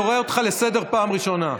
אני קורא אותך לסדר פעם ראשונה.